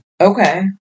Okay